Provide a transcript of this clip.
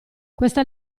questa